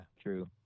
true